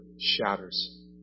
shatters